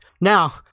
now